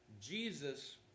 jesus